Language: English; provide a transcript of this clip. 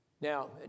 Now